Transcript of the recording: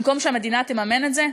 במקום שהמדינה תממן את זה?